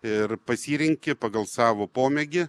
ir pasirenki pagal savo pomėgį